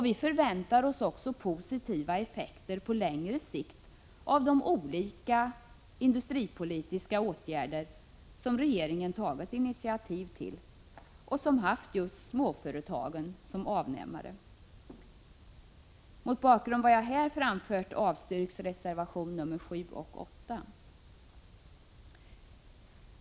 Vi förväntar oss också positiva effekter på längre sikt av de olika industripolitiska åtgärder som regeringen tagit initiativ till och som just haft småföretagen som avnämare. Mot bakgrund av vad jag här framfört avstyrks reservationerna 7 och 8.